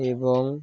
এবং